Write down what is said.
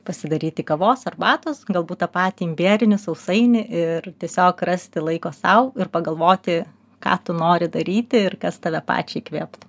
pasidaryti kavos arbatos galbūt tą patį imbierinį sausainį ir tiesiog rasti laiko sau ir pagalvoti ką tu nori daryti ir kas tave pačią įkvėptų